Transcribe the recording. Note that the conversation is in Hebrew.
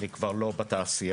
אני כבר לא בתעשייה.